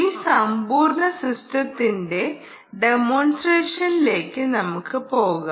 ഈ സമ്പൂർണ്ണ സിസ്റ്റത്തിന്റെ ഡെമോൺസ്ട്രേഷനിലേക്ക് നമുക്ക് പോകാം